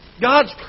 God's